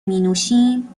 مینوشیم